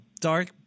dark